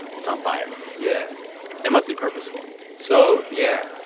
it's on fire yeah it must be purposeful so yeah.